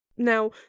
Now